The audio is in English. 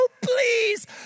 please